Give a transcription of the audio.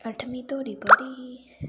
अठमीं धोड़ी पढ़ी ही